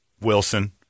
Wilson